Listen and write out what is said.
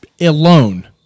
alone